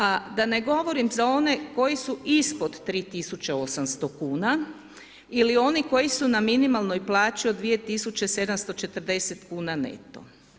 A da ne govorim za one koji su ispod 3800 kn, ili oni koji su na minimalnoj plaći od 2740 kn neto.